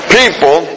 people